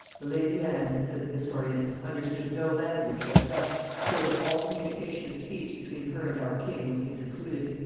the lady anne, says a historian, understood no language but dutch, so that all communication of speech between her and our king was intercluded.